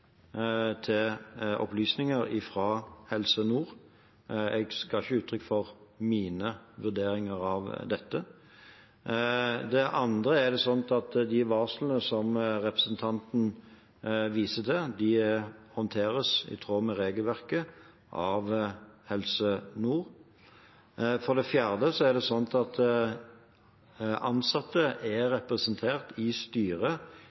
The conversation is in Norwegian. til opplysninger fra Helse Nord. Jeg ga ikke uttrykk for mine vurderinger av dette. For det andre er det sånn at de varslene som representanten viser til, håndteres i tråd med regelverket av Helse Nord. For det tredje er det sånn at ansatte er representert i styret